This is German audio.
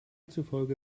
zufolge